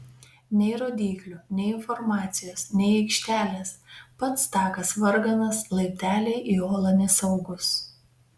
nei rodyklių nei informacijos nei aikštelės pats takas varganas laipteliai į olą nesaugūs